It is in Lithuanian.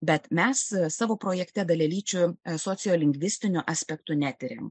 bet mes savo projekte dalelyčių sociolingvistiniu aspektu netiriam